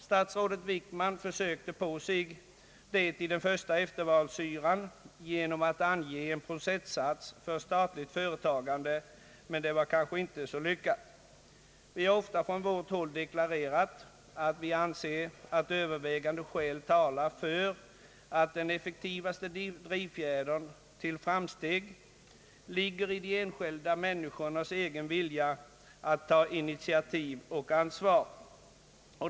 Statsrådet Wickman försökte sig på det i den första eftervalsyran genom att ange en procentsats för statligt företagande, men det var kanske inte så lyckat. Vi har ofta från vårt håll deklarerat att vi anser att övervägande skäl talar för att den effektivaste drivfjädern till framsteg ligger i de enskilda människornas egen vilja att ta initiativ och ansvar.